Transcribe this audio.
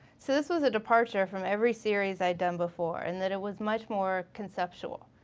so this was a departure from every series i'd done before in that it was much more conceptual.